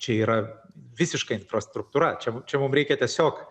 čia yra visiška infrastruktūra čia čia mum reikia tiesiog